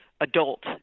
adult